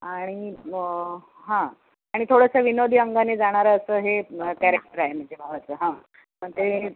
आणि ब् हां आणि थोडंसं विनोदी अंगाने जाणारं असं हे ब् कॅरेक्टर आहे म्हणजे भावाचं हं पण ते